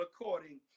according